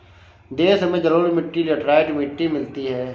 देश में जलोढ़ मिट्टी लेटराइट मिट्टी मिलती है